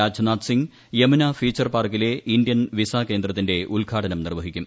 Rajnath Singh Yamuna feature പാർക്കിലെ Indian visa കേന്ദ്രത്തിന്റെ ഉദ്ഘാട്ടനം നിർവ്വഹിക്കും